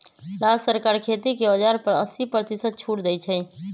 राज्य सरकार खेती के औजार पर अस्सी परतिशत छुट देई छई